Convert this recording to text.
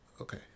Okay